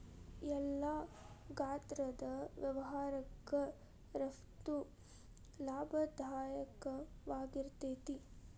ಎಲ್ಲಾ ಗಾತ್ರದ್ ವ್ಯವಹಾರಕ್ಕ ರಫ್ತು ಲಾಭದಾಯಕವಾಗಿರ್ತೇತಿ